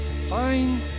Fine